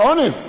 מאונס.